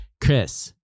Chris